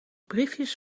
briefjes